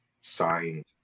signed